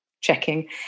checking